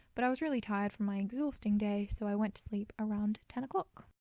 but i was really tired from my exhausting day, so i went to sleep around ten o'clock.